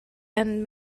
and